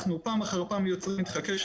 אנחנו פעם אחר פעם יוצרים אתך קשר